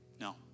No